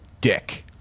dick